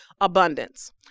abundance